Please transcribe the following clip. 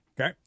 okay